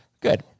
Good